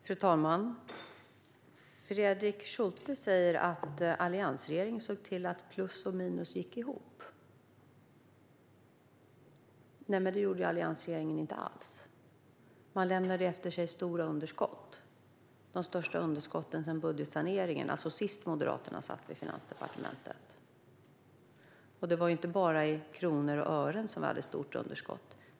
Fru talman! Fredrik Schulte säger att alliansregeringen såg till att plus och minus gick ihop, men det gjorde alliansregeringen inte alls. Man lämnade efter sig stora underskott, de största sedan budgetsaneringen senast Moderaterna satt i Finansdepartementet. Det var inte bara i kronor och ören vi hade ett stort underskott.